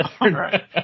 Right